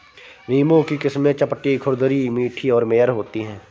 नींबू की किस्में चपटी, खुरदरी, मीठी और मेयर होती हैं